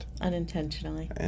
Unintentionally